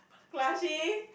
blushing